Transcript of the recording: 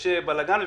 יש בלגן,